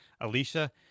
Alicia